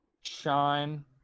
Shine